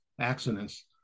accidents